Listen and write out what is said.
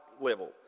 level